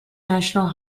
national